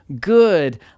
good